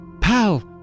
Pal